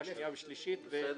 כן.